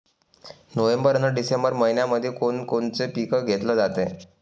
November अन December मइन्यामंधी कोण कोनचं पीक घेतलं जाते?